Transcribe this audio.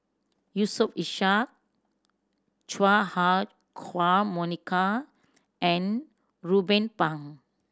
Yusof Ishak Chua Ah Huwa Monica and Ruben Pang